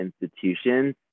institutions